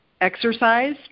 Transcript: exercise